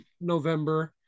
November